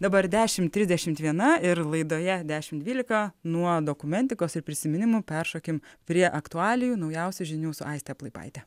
dabar dešim trisdešimt viena ir laidoje dešimt dvylika nuo dokumentikos ir prisiminimų peršokim prie aktualijų naujausių žinių su aiste plaipaite